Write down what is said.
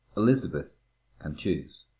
elizabeth can choose.